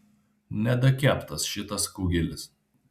nedakeptas šitas kugelis